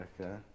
Okay